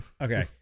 Okay